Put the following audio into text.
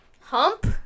Hump